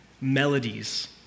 Melodies